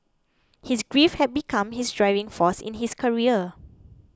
his grief had become his driving force in his career